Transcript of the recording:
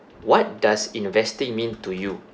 what does investing mean to you